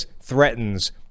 threatens